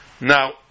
Now